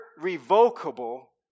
Irrevocable